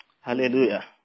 Hallelujah